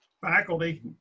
Faculty